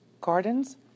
gardens